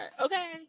okay